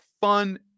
fun